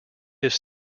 his